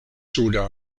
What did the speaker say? suda